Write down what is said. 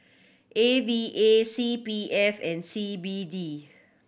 A V A C P F and C B D